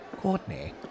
Courtney